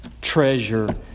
Treasure